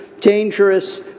dangerous